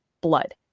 blood